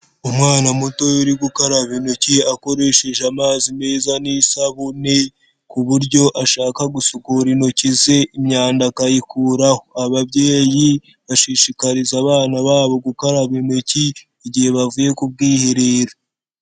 Umwana mutoya uri gukaraba intoki akoresheje amazi meza n'isabune, ku buryo ashaka gusukura intoki ze imyanda akayikuraho, ababyeyi bashishikariza abana babo gukaraba intoki igihe bavuye ku bwiherero.